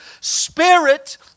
Spirit